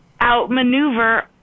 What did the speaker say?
outmaneuver